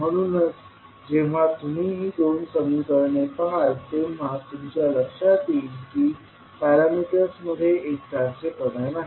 म्हणूनच जेव्हा तुम्ही ही दोन समीकरणे पहाल तेव्हा तुमच्या लक्षात येईल की पॅरामीटर्समध्ये एकसारखेपणा नाही